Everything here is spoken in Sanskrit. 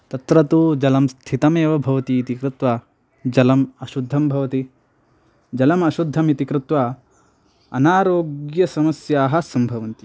तत्र तू जलं स्थितमेव भवतीति कृत्वा जलम् अशुद्धं भवति जलम् अशुद्धमिति कृत्वा अनारोग्यसमस्याः सम्भवन्ति